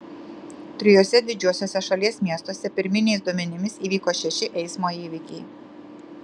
trijuose didžiuosiuose šalies miestuose pirminiais duomenimis įvyko šeši eismo įvykiai